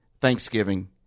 Thanksgiving